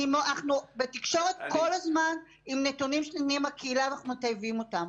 אנחנו בתקשורת כל הזמן עם נתונים --- אנחנו מטייבים אותם.